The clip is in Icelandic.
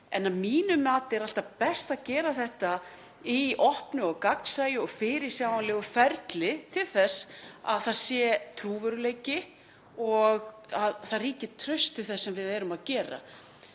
en að mínu mati er alltaf best að gera þetta í opnu, gagnsæju og fyrirsjáanlegu ferli til þess að það sé trúverðugleiki og að traust ríki um það sem við erum að gera.